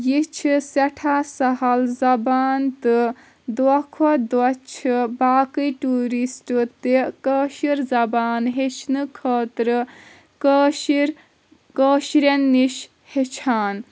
یہِ چھِ سٮ۪ٹھاہ سَہَل زَبان تہٕ دۄہ کھۄتہ دۄہ چھِ باقٕے ٹوٗرِسٹ تہِ کٲشِر زَبان ہٮ۪ٚچھنہٕ خٲطرٕ کٲشِر کٲشرٮ۪ن نِش ہٮ۪چھان